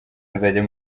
nzajya